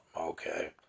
Okay